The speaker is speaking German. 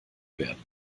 werden